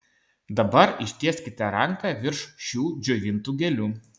dabar ištieskite ranką virš šių džiovintų gėlių